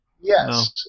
Yes